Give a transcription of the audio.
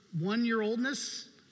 one-year-oldness